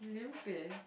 lim-peh